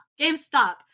GameStop